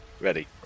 Ready